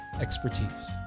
expertise